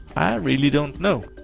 really don't know.